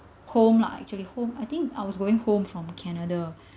home lah actually home I think I was going home from canada